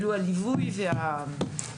מילה אחרונה,